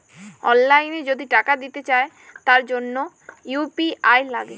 অললাইল যদি টাকা দিতে চায় তার জনহ ইউ.পি.আই লাগে